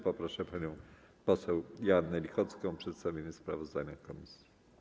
Poproszę panią poseł Joannę Lichocką o przedstawienie sprawozdania komisji.